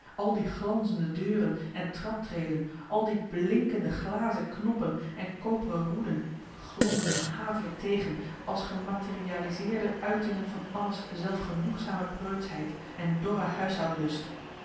al die glanzende deuren en traptreden al die blinkende glazen knoppen en koperen roeden glommen me hatelijk tegen als gematerialiseerde uitingen van anna's zelfgenoegzame preutschheid en dorre huishoudlust